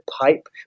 pipe